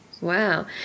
Wow